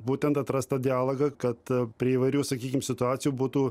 būtent atrast tą dialogą kad prie įvairių sakykim situacijų būtų